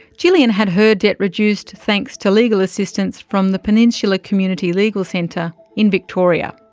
gillian had her debt reduced thanks to legal assistance from the peninsula community legal centre in victoria.